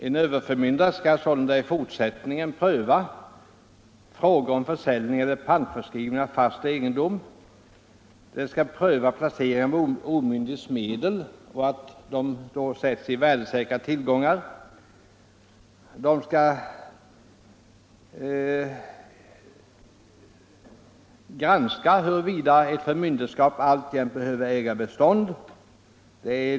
En överförmyndare skall sålunda i fortsättningen pröva frågor om försäljning eller pantförskrivning av fast egendom, ge tillstånd vid placering av omyndigs medel i värdesäkra tillgångar och granska huruvida ett förmynderskap alltjämt behöver äga bestånd.